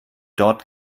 dort